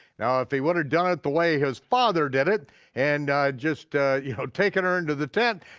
now, if he would've done it the way his father did it and just ah you know taken her into the tent,